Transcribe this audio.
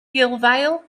gulddail